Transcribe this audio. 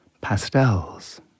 pastels